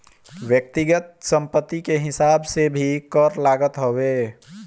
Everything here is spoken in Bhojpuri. व्यक्तिगत संपत्ति के हिसाब से भी कर लागत हवे